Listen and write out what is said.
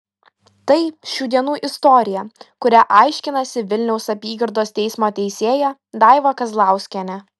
tai šių dienų istorija kurią aiškinasi vilniaus apygardos teismo teisėja daiva kazlauskienė